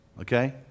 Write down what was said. okay